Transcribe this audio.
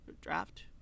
draft